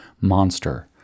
monster